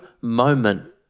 moment